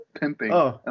Pimping